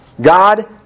God